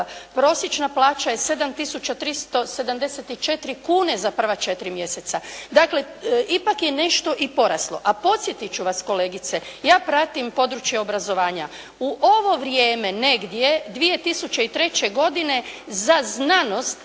prosječna plaća je 7 tisuća 374 kune za prva četiri mjeseca, dakle, ipak je nešto i poraslo. A podsjetiti ću vas kolegice, ja pratim područje obrazovanja, u ovo vrijeme negdje 2003. godine za znanost